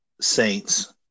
Saints